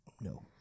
No